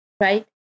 Right